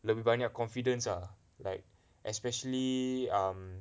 lebih banyak confidence ah like especially um